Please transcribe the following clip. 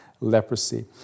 leprosy